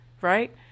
right